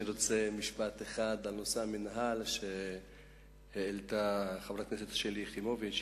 אני רוצה לומר משפט אחד על נושא המינהל שהעלתה חברת הכנסת שלי יחימוביץ.